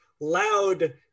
loud